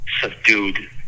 subdued